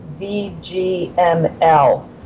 VGML